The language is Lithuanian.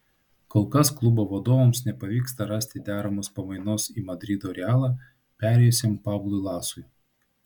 kol kas klubo vadovams nepavyksta rasti deramos pamainos į madrido realą perėjusiam pablui lasui